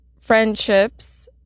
friendships